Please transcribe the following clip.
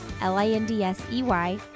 L-I-N-D-S-E-Y